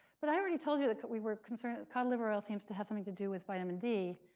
but i already told you that we were concerned that cod liver oil seems to have something to do with vitamin d.